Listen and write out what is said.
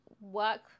work